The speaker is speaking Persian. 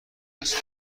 است